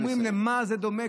אנחנו אומרים למה זה דומה,